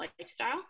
lifestyle